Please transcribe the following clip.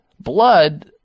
blood